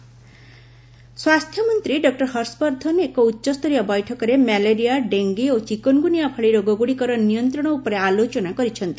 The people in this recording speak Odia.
ହେଲ୍ଥ ମିନିଷ୍ଟର ରିଭ୍ୟୁ ମିଟିଂ ସ୍ପାସ୍ଥ୍ୟମନ୍ତ୍ରୀ ଡକୁର ହର୍ଷବର୍ଦ୍ଧନ ଏକ ଉଚ୍ଚସ୍ତରୀୟ ବୈଠକରେ ମ୍ୟାଲେରିଆ ଡେଙ୍ଗି ଓ ଚିକୁନଗୁନିଆ ଭଳି ରୋଗଗୁଡ଼ିକର ନିୟନ୍ତ୍ରଣ ଉପରେ ଆଲୋଚନା କରିଛନ୍ତି